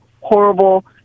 horrible